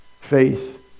faith